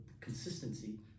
consistency